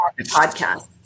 podcast